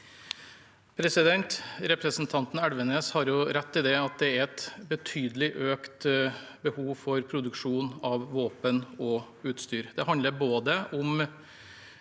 Represen- tanten Elvenes har rett i at det er et betydelig økt behov for produksjon av våpen og utstyr. Det handler om